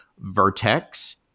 Vertex